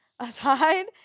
Aside